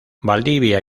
valdivia